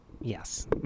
yes